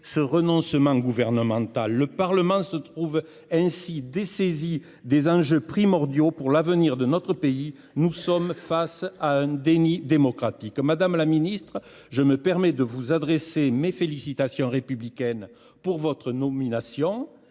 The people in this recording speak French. ce renoncement gouvernemental. Le Parlement se trouve ainsi dessaisi d’enjeux primordiaux pour l’avenir de notre pays. Nous sommes face à un déni démocratique. Madame la ministre, permettez moi de vous présenter mes félicitations républicaines pour votre nomination.